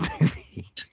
movie